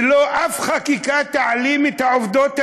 ושום חקיקה לא תעלים את העובדות האלה.